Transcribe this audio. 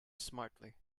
smartly